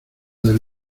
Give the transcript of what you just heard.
del